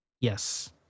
yes